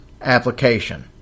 application